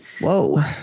Whoa